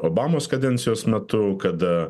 obamos kadencijos metu kada